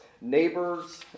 Neighbors